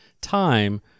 time